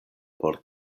por